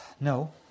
No